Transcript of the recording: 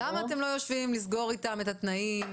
למה אתם לא יושבים לסגור איתם את התנאים?